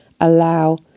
allow